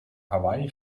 hawaï